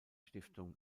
stiftung